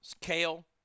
Kale